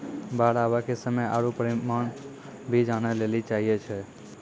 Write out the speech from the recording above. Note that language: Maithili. बाढ़ आवे के समय आरु परिमाण भी जाने लेली चाहेय छैय?